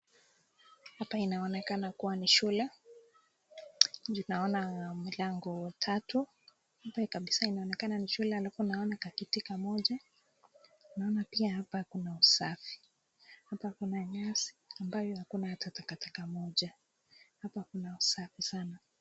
Hapa inaonekana kua ni shule, ninaona milango tatu, hapa kabisaa inaonekana ni shule alafu naona kakiti ka moja naona pia kuna usafi, hapa kuna nyasi ambayo hakuna hata takataka moja. Hapa kuna usafi sana.